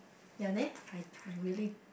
ya neh I really